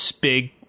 big